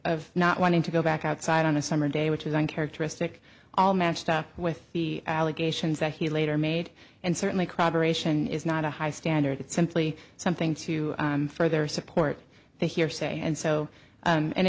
of not wanting to go back outside on a summer day which is uncharacteristic all matched up with the allegations that he later made and certainly crab aeration is not a high standard simply something to further support the hearsay and so